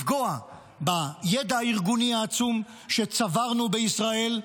לפגוע בידע הארגוני העצום שצברנו בישראל,